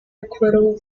acquittal